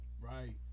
right